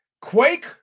Quake